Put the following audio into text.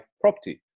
property